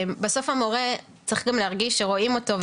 בסוף המורה צריך גם להרגיש שרואים אותו,